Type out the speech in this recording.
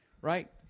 Right